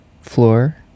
Floor